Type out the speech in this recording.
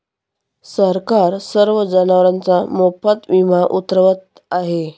सरकार सर्व जनावरांचा मोफत विमा उतरवत आहे